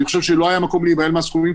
אני חושב שלא היה מקום להיבהל מהסכומים,